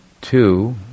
two